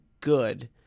good